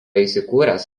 įsikūręs